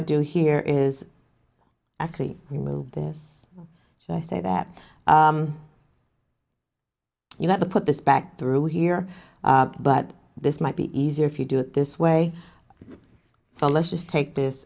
to do here is actually remove this and i say that you have to put this back through here but this might be easier if you do it this way so let's just take this